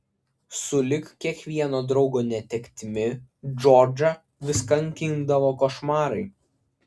sulig kiekvieno draugo netektimi džordžą vis kankindavo košmarai